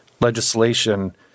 legislation